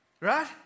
right